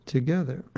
together